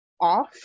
off